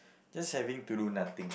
just having to do nothing